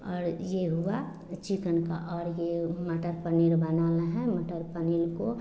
और यह हुआ चिकन का और यह मटर पनीर बनाना है मटर पनीर को